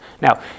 Now